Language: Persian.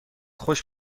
خوش